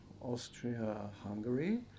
Austria-Hungary